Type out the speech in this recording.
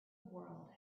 world